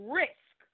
risk